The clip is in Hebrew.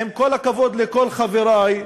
עם כל הכבוד לכל חברי,